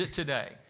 today